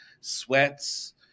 sweats